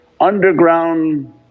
underground